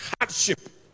hardship